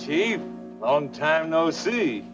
gee on time no see